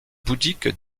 bouddhique